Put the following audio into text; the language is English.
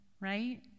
right